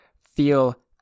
feel